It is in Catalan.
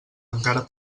encara